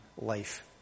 life